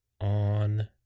on